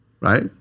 right